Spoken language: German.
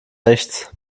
rechts